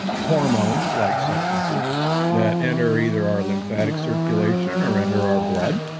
hormone like substances that enter either our lymphatic circulation, or enter our blood,